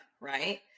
right